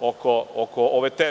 oko ove teme.